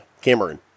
Cameron